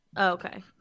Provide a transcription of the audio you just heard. okay